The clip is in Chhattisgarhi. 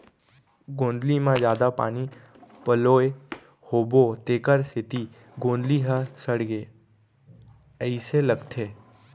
गोंदली म जादा पानी पलोए होबो तेकर सेती गोंदली ह सड़गे अइसे लगथे